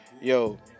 Yo